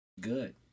good